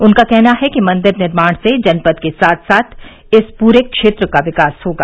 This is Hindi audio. उनका कहना है कि मंदिर निर्माण से जनपद के साथ साथ इस पूरे क्षेत्र का विकास होगा